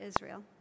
Israel